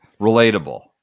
relatable